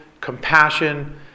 compassion